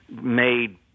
made